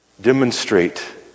demonstrate